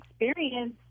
experience